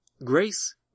Grace